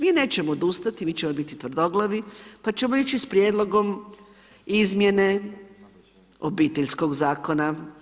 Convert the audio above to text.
Mi nećemo odustati, mi ćemo biti tvrdoglavi pa ćemo ići s prijedlogom izmjene Obiteljskog zakona.